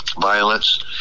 violence